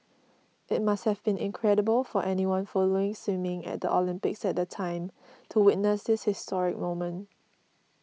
it must have been incredible for anyone following swimming at the Olympics at the time to witness this historic moment